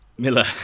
Miller